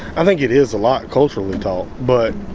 i think it is a lot culturally taught, but